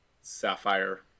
Sapphire